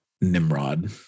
Nimrod